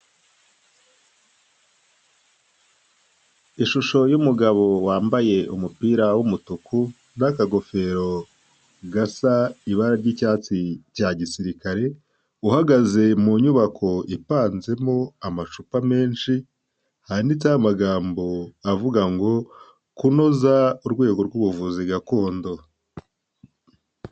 Ishusho y'umugabo wambaye umupira w'umutuku n'akagofero gasa ibara ry'icyatsi cya gisirikare uhagaze mu nyubako ipanzemo amacupa menshi, handitseho amagambo avuga ngo kunoza urwego rw'ubuvuzi gakondo.